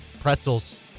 pretzels